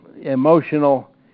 emotional